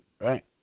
right